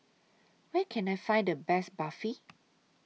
Where Can I Find The Best Barfi